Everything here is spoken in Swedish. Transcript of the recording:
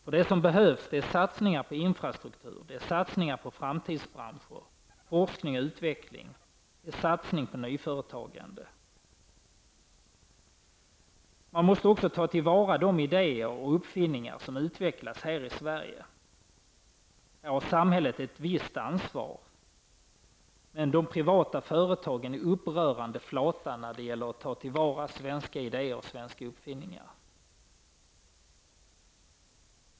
Det som behövs är satsningar på infrastruktur, framtidsbranscher, forskning och utveckling samt nyföretagande. Man måste också ta tillvara de uppfinningar och idéer som utvecklas i Sverige. Här har samhället ett visst ansvar. Men de privata företagen är upprörande flata när det gäller att ta tillvara svenska idéer och svenska uppfinningar.